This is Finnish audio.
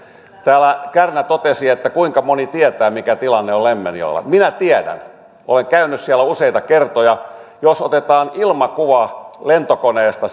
täällä kärnä kysyi kuinka moni tietää mikä tilanne on lemmenjoella minä tiedän olen käynyt siellä useita kertoja jos otetaan ilmakuva lentokoneesta